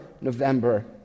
November